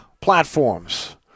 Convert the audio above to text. platforms